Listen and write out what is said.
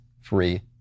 free